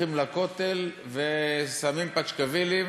הולכים לכותל ושמים פשקווילים,